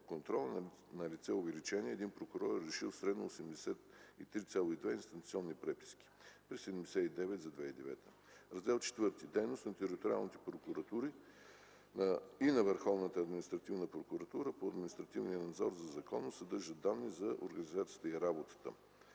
контрол е налице увеличение – един прокурор е решил средно 83,2 инстанционни преписки, при 79,0 за 2009 г. Раздел V “Дейност на териториалните прокуратури и на Върховната административна прокуратура по административния надзор за законност” съдържа данни за организацията на работа